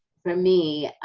for me,